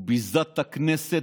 הוא ביזה את הכנסת